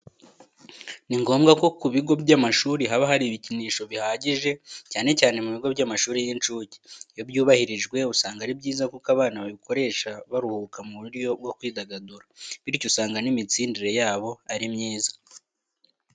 Ni ngombwa ko ku bigo by'amashuri haba hari ibikinisho bihagije, cyane cyane ku bigo by'amashuri y'incuke. Iyo byubahirijwe usanga ari byiza kuko abana babikoresha baruhuka mu buryo bwo kwidagadura. Bityo usanga n'imitsindire yabo ari myiza.